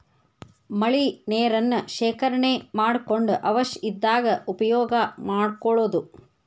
ಮಳಿ ನೇರನ್ನ ಶೇಕರಣೆ ಮಾಡಕೊಂಡ ಅವಶ್ಯ ಇದ್ದಾಗ ಉಪಯೋಗಾ ಮಾಡ್ಕೊಳುದು